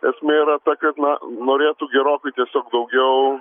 esmė yra ta kad na norėtų gerokai tiesiog daugiau